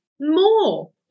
more